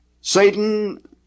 Satan